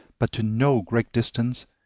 but to no great distance,